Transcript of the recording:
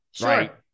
Right